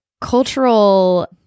cultural